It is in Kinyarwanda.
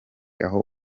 aho